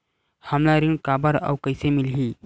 हमला ऋण काबर अउ कइसे मिलही?